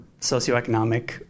socioeconomic